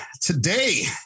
today